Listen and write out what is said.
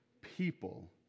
people